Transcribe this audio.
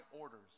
orders